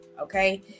Okay